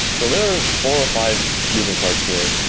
so there are four or five moving parts here.